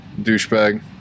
Douchebag